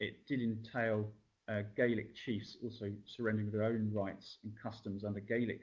it did entail ah gaelic chiefs also surrendering their own rights and customs under gaelic